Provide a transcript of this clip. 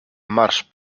marsz